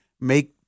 make